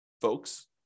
folks